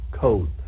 code